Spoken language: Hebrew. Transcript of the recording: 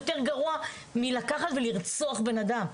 זה יותר גרוע מלרצוח אדם.